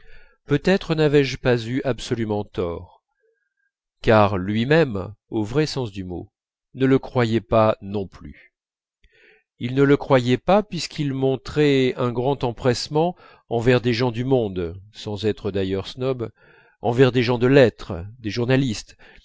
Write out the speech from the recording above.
peut-être n'avais-je pas eu absolument tort car lui-même au vrai sens du mot ne le croyait pas non plus il ne le croyait pas puisqu'il montrait un grand empressement envers des gens du monde sans être d'ailleurs snob envers des gens de lettres des journalistes